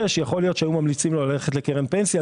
יכול להיות שהיו ממליצים לו ללכת לקרן פנסיה,